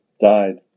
died